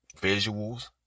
visuals